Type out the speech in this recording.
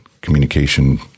communication